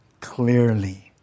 clearly